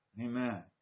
Amen